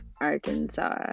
Arkansas